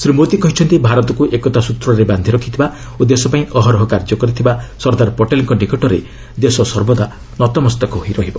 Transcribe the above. ଶ୍ରୀ ମୋଦି କହିଛନ୍ତି ଭାରତକୁ ଏକତା ସ୍ନତ୍ରରେ ବାନ୍ଧି ରଖିଥିବା ଓ ଦେଶପାଇଁ ଅହରହ କାର୍ଯ୍ୟ କରିଥିବା ସର୍ଦ୍ଦାର ପଟେଲ୍ଙ୍କ ନିକଟରେ ଦେଶ ସର୍ବଦା ନତମସ୍ତକ ରହିବ